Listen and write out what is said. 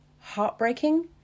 heartbreaking